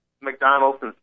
McDonald's